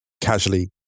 casually